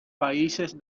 países